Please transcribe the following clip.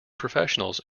professionals